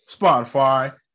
Spotify